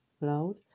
loud